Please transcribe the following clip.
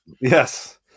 yes